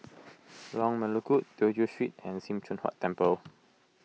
Lorong Melukut Tew Chew Street and Sim Choon Huat Temple